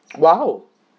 !wow!